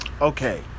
okay